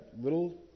little